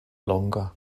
longa